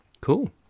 cool